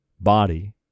body